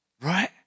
right